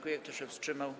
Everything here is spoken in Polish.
Kto się wstrzymał?